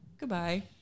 Goodbye